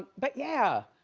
but yeah.